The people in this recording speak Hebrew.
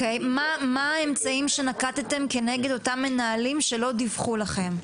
מה האמצעים שנקטתם כנגד אותם מנהלים שלא דיווחו לכם?